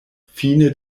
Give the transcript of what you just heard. fine